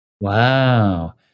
Wow